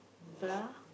blah